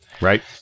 Right